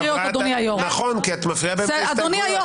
חברת הכנסת טלי גוטליב,